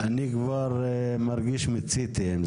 אני מרגיש שמיציתי.